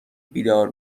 بیدار